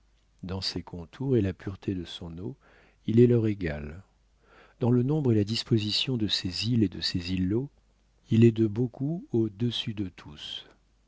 dans ses contours et la pureté de son eau il est leur égal dans le nombre et la disposition de ses îles et de ses îlots il est de beaucoup audessus d'eux tous